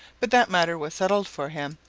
but that matter was settled for him,